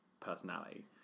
Personality